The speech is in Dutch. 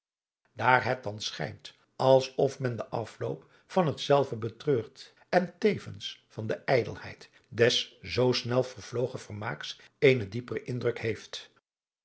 daar het dan schijnt als of men den afloop van het zelve betreurt en tevens van de ijdelheid des zoo snel vervlogen vermaaks eenen dieperen indruk heest